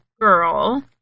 girl